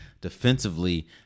defensively